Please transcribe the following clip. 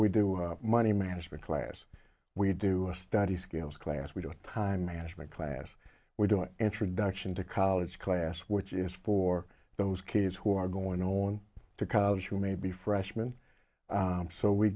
we do money management class we do a study skills class we don't time management class we're doing introduction to college class which is for those kids who are going on to college who may be freshman so we